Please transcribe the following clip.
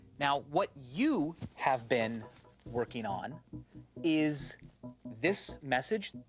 now, what you have been working on is this message,